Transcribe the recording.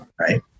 right